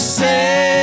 say